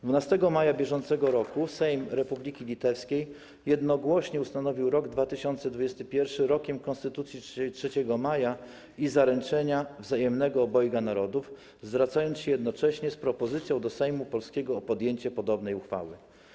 12 maja br. Sejm Republiki Litewskiej jednogłośnie ustanowił rok 2021 Rokiem Konstytucji 3 Maja i Zaręczenia Wzajemnego Obojga Narodów, zwracając się jednocześnie z propozycją do Sejmu polskiego o podjęcie podobnej uchwały.